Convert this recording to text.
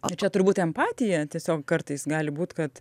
tai čia turbūt empatija tiesiog kartais gali būt kad